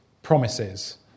Promises